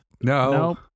No